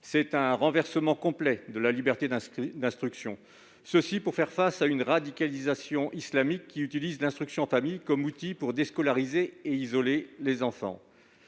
Ce renversement complet de la liberté d'instruction n'a d'autre but que de faire face à une radicalisation islamique qui utilise l'instruction en famille comme un outil pour déscolariser et isoler les enfants.